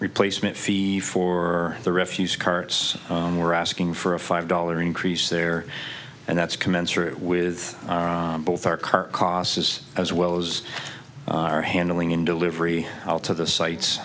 replacement fee for the refuse carts and we're asking for a five dollar increase there and that's commensurate with both our car costs is as well as our handling in delivery how to the sites